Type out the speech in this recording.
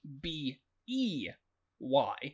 B-E-Y